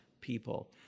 people